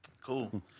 cool